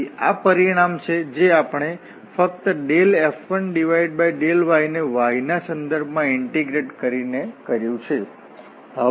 તેથી આ પરિણામ છે જે આપણે ફક્ત F1∂y ને y ના સંદર્ભમાં ઇન્ટીગ્રેટ કરીને કર્યું છે